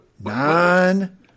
nine